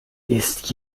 ist